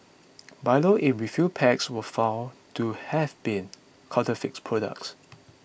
Milo in refill packs were found to have been counterfeit products